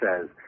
says